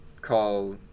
call